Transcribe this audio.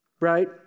right